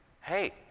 hey